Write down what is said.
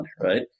right